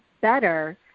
better